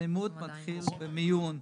האלימות מתחילה במיון.